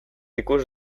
ikus